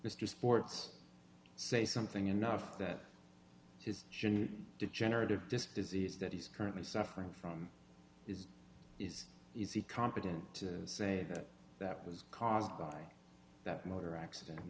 mr sports say something enough that his degenerative disc disease that he's currently suffering from is competent to say that that was caused by that motor accident in